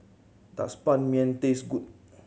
does Ban Mian taste good